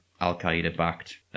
Al-Qaeda-backed